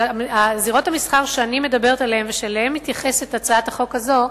אבל זירות המסחר שאני מדברת עליהן ואליהן מתייחסת הצעת החוק הזאת,